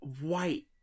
white